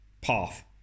path